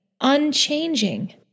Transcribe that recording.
unchanging